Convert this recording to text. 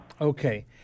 Okay